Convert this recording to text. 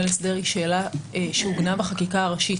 הסדר היא שאלה שעוגנה בחקיקה הראשית.